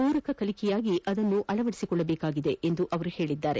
ಪೂರಕ ಕಲಿಕೆಯಾಗಿ ಅದನ್ನು ಅಳವಡಿಸಿಕೊಳ್ಳಬೇಕಾಗಿದೆ ಎಂದರು